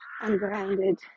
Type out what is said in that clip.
ungrounded